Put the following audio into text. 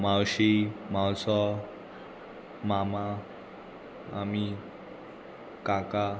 मावशी मावसो मामा मामी काका